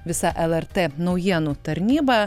visa lrt naujienų tarnyba